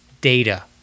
data